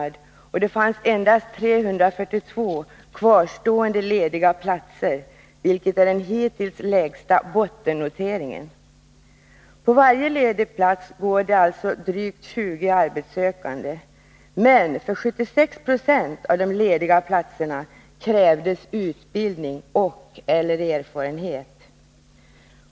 Vid årsskiftet fanns endast 342 kvarstående lediga platser, vilket är den hittills lägsta bottennoteringen. På varje ledig plats går det alltså drygt 20 arbetssökande, men för 76 26 av de lediga platserna krävdes utbildning och/eller erfarenhet.